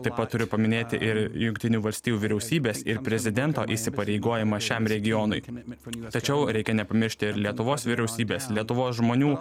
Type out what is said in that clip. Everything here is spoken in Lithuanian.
taip pat turiu paminėti ir jungtinių valstijų vyriausybės ir prezidento įsipareigojimą šiam regionui tačiau reikia nepamiršti ir lietuvos vyriausybės lietuvos žmonių